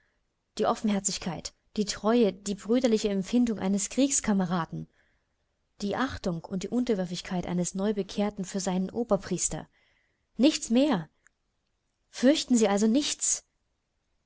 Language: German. die offenherzigkeit die treue die brüderliche empfindung eines kriegskameraden die achtung und die unterwürfigkeit eines neubekehrten für seinen oberpriester nichts mehr fürchten sie also nichts